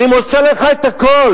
אני מוסר לך את הכול,